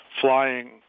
flying